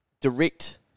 direct